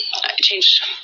changed